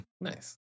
Nice